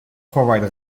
provide